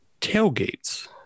tailgates